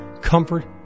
comfort